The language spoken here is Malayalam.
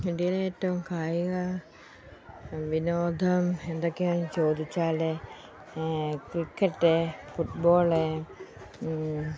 ഇന്ത്യയിലെ ഏറ്റവും കായിക വിനോദം എന്തൊക്കെയാണെന്നു ചോദിച്ചാൽ ക്രിക്കറ്റ് ഫുട് ബോൾ